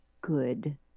good